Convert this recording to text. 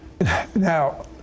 Now